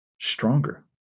stronger